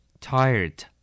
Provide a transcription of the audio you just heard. Tired